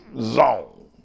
zone